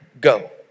go